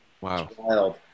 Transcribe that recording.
wow